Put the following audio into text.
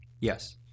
Yes